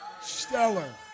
Stellar